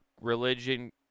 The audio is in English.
religion